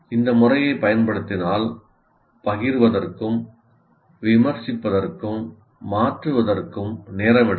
இந்த முறையைப் பயன்படுத்தினால் பகிர்வதற்கும் விமர்சிப்பதற்கும் மாற்றுவதற்கும் நேரம் எடுக்கும்